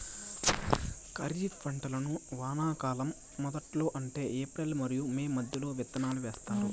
ఖరీఫ్ పంటలను వానాకాలం మొదట్లో అంటే ఏప్రిల్ మరియు మే మధ్యలో విత్తనాలు వేస్తారు